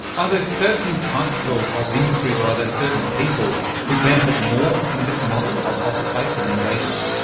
are there certain types so of of industries or are there certain people who benefit more from this model of office space and engagement?